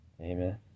Amen